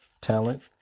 talent